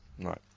right